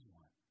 one